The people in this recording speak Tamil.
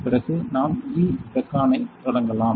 பிறகு நாம் E பெக்கான் ஐத் தொடங்கலாம்